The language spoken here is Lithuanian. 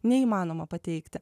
neįmanoma pateikti